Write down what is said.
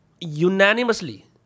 unanimously